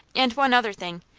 and one other thing.